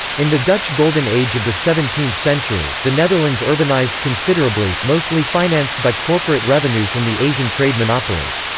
in the dutch golden age of the seventeenth century, the netherlands urbanised considerably, mostly financed by corporate revenue from the asian trade monopolies.